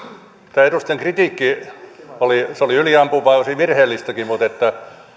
tämä edustajien kritiikki oli yliampuvaa ja osin virheellistäkin mutta